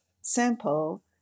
sample